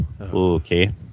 Okay